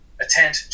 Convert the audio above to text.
attend